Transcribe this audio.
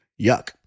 Yuck